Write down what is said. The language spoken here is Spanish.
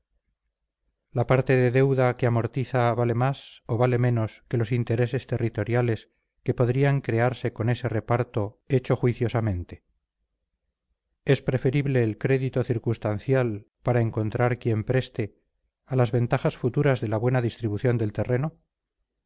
la parte de deuda que se amortiza vale más o vale menos que los intereses territoriales que podrían crearse con ese reparto hecho juiciosamente es preferible el crédito circunstancial para encontrar quien preste a las ventajas futuras de la buena distribución del terreno